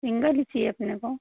single ही चाहिए अपने को